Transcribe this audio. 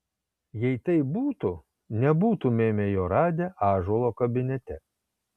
jei taip būtų nebūtumėme jo radę ąžuolo kabinete